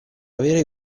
avere